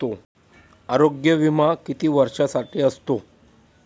आरोग्य विमा किती वर्षांसाठी असतो?